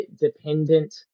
dependent